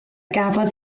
gafodd